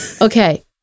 Okay